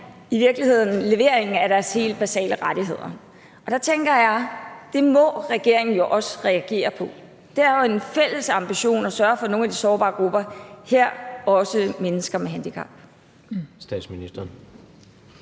i virkeligheden at få leveret på deres helt basale rettigheder. Der tænker jeg, at det må regeringen jo også reagere på. Det er jo en fælles ambition at sørge for de sårbare grupper, herunder også mennesker med handicap. Kl.